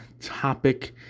topic